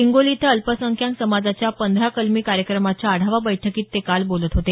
हिंगोली इथं अल्पसख्यांक समाजाच्या पंधरा कलमी कार्यक्रमाच्या आढावा बैठकीत ते काल बोलत होते